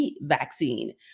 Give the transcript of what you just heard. vaccine